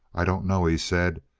i don't know, he said,